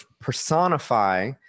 personify